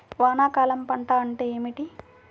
వానాకాలం పంట అంటే ఏమిటి?